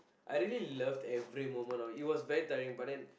I really loved every moment of it was very tiring but then